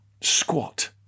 squat